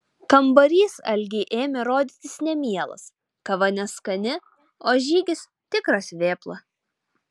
kambarys algei ėmė rodytis nemielas kava neskani o žygis tikras vėpla